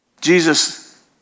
Jesus